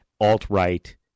alt-right